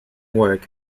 work